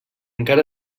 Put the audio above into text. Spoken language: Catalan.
encara